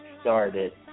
started